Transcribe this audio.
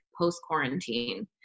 post-quarantine